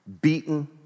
beaten